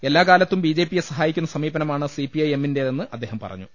എല്ലാ കാലത്തും ബി ജെ പിയെ സഹായിക്കുന്ന സമീപനമാണ് സി പി ഐ എമ്മിന്റേതെന്ന് അദ്ദേഹം പറഞ്ഞു